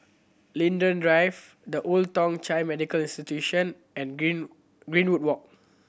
Linden Drive The Old Thong Chai Medical Institution and Green Greenwood Walk